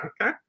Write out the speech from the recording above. Okay